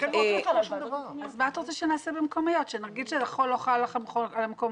במקומיות הם לא מבקשים.